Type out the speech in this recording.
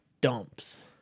dumps